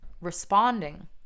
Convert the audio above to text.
responding